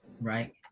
right